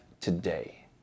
today